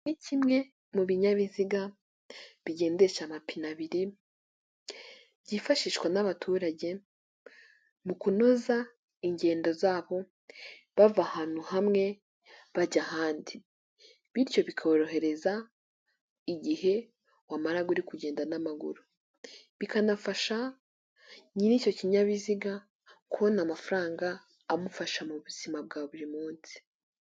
Iki ni kimwe mu binyabiziga bigendesha amapine abiri, byifashishwa n'abaturage mu kunoza ingendo zabo bava ahantu hamwe bajya ahandi, bityo bikorohereza igihe wamaraga uri kugenda n'amaguru, bikanafasha nyiri icyo kinyabiziga kubona amafaranga amufasha mu buzima bwa buri munsi.